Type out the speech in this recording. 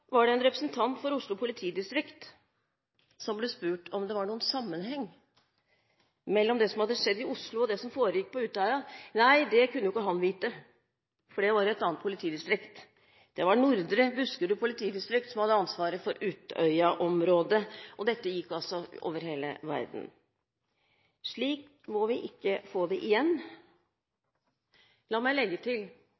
en representant for Oslo politidistrikt spurt om det var noen sammenheng mellom det som hadde skjedd i Oslo, og det som foregikk på Utøya. Han svarte at nei, det kunne ikke han vite, fordi det var et annet politidistrikt, Nordre Buskerud politidistrikt, som hadde ansvaret for Utøya-området. Dette gikk altså verden over. Slik må vi ikke få det igjen.